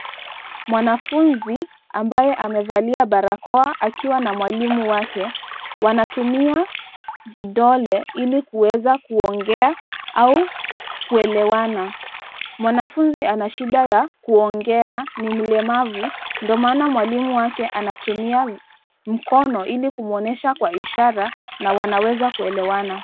Mwanafunzi ambaye amevalia barakoa akiwa na mwalimu wake, wanatumia vidole ili kuweza kuongea au kuelewana. Mwanafunzi ana shida ya kuongea ,ni mlemavu, ndio maana mwalimu wake anatumia mikono ili kumuonesha kwa ishara na wanaweza kuelewana.